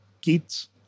kids